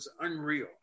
unreal